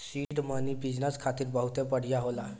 seed money business खातिर बहुते बढ़िया होला